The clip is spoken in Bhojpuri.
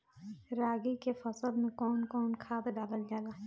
रागी के फसल मे कउन कउन खाद डालल जाला?